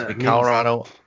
Colorado